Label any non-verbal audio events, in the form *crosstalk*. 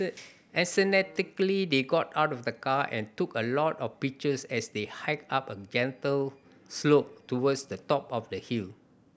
*noise* enthusiastically they got out of the car and took a lot of pictures as they hiked up a gentle slope towards the top of the hill